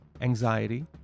anxiety